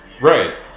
Right